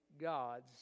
God's